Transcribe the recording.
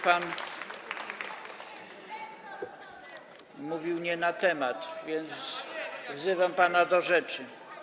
Pan mówił nie na temat, więc wzywam pana do rzeczy.